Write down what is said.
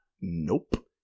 nope